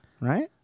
right